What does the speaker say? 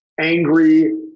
angry